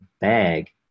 bag